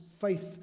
faith